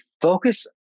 focus